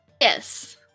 Yes